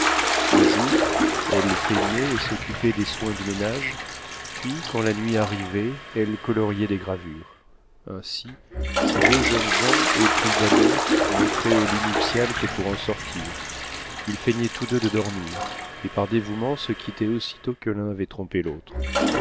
le jour elle peignait et s'occupait des soins du ménage puis quand la nuit arrivait elle coloriait des gravures ainsi ces deux jeunes gens épris d'amour n'entraient au lit nuptial que pour en sortir ils feignaient tous deux de dormir et par dévouement se quittaient aussitôt que l'un avait trompé l'autre